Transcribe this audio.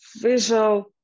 visual